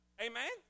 Amen